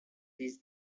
this